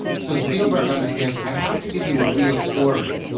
so spielberg understands i have to give you a real story,